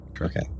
Okay